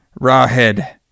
Rawhead